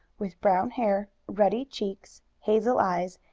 with brown hair, ruddy cheeks, hazel eyes,